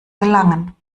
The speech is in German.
gelangen